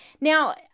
Now